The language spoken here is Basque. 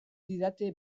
didate